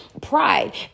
pride